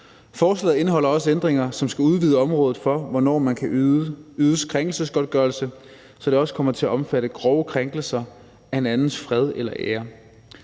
Forslaget indeholder også ændringer, som skal udvide området for, hvornår man kan ydes krænkelsesgodtgørelse, så det også kommer til at omfatte grove krænkelser af en andens fred eller ære.